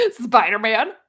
Spider-Man